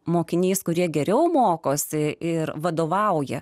mokiniais kurie geriau mokosi ir vadovauja